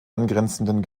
angrenzenden